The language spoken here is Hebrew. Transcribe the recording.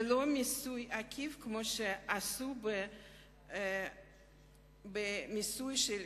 ולא מיסוי עקיף, כמו שעשו במיסוי של